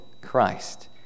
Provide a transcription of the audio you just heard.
Christ